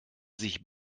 sich